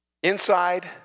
Inside